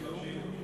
מקשיב, מקשיב.